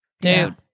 dude